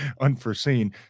unforeseen